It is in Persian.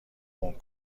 هنگ